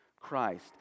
Christ